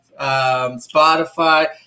Spotify